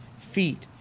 Feet